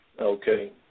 Okay